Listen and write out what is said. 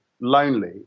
lonely